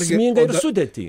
sėkmingą ir sudėtį